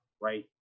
right